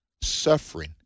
Suffering